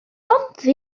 bontddu